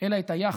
אלא את היחס,